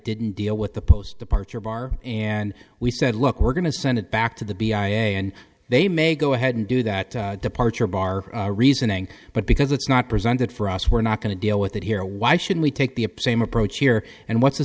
didn't deal with the post departure bar and we said look we're going to send it back to the and they may go ahead and do that departure bar reasoning but because it's not presented for us we're not going to deal with it here why should we take the a plame approach here and what's the